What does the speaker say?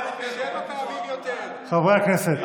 חברי הכנסת.